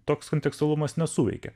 toks kontekstualumas nesuveikė